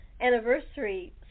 anniversary